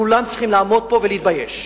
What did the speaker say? כולם צריכים לעמוד פה ולהתבייש.